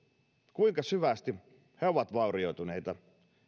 kuinka syvästi he ovat vaurioituneita